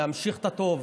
להמשיך את הטוב,